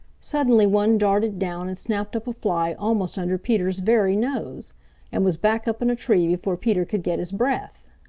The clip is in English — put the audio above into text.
suddenly one darted down and snapped up a fly almost under peter's very nose and was back up in a tree before peter could get his breath.